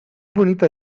bonita